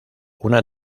una